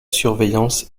surveillance